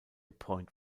point